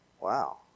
Wow